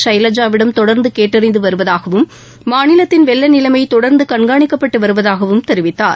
ஷைலஜாவிடம் தொடர்ந்து கேட்டறிந்து வருவதாகவும் மாநிலத்தின் வெள்ள நிலைமை தொடர்ந்து கண்காணிக்கப்பட்டு வருவதாகவும் தெரிவித்தார்